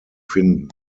finden